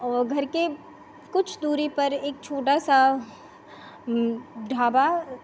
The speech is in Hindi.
और घर के कुछ दूरी पर जो एक छोटा सा ढाबा